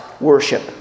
worship